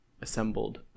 assembled